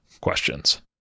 questions